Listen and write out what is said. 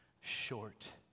short